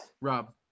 Rob